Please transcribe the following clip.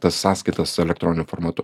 tas sąskaitas elektroniniu formatu